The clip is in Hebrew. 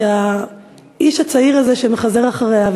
שהאיש הצעיר הזה שמחזר אחריה,